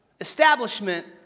establishment